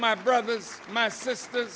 my brothers my sister